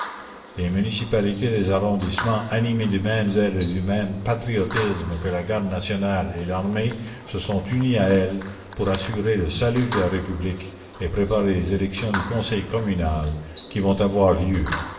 les municipalités des arrondissements animés du même zèle et du même patriotisme que la garde nationale et l'armée se sont unies à elle pour assurer le salut de la république et préparer les élections du conseil communal qui vont avoir lieu